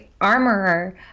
armorer